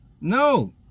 no